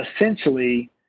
essentially